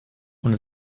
und